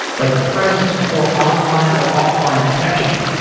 like presence for online or offline detection,